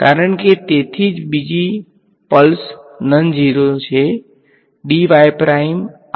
કારણ કે તેથી જ બીજી પલ્સ નોન ઝીરો છે